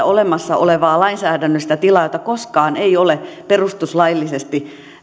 olemassa olevaa lainsäädännöllistä tilaa jota koskaan ei ole perustuslaillisesti